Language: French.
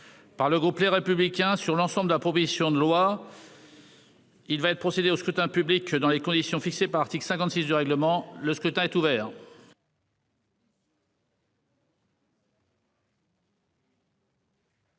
Par le groupe Les Républicains sur l'ensemble de la proposition de loi. Il va être procédé au scrutin public dans les conditions fixées par l'article 56 de règlement. Le scrutin est ouvert.